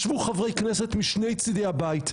ישבו חברי כנסת משני צידי הבית,